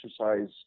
exercise